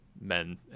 men